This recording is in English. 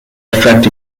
affect